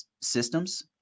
systems